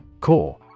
Core